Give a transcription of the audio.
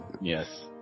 Yes